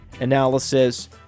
analysis